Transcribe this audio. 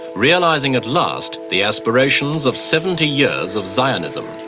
realising at last the aspirations of seventy years of zionism.